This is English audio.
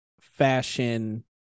Fashion